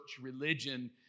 religion